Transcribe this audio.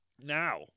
Now